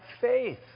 faith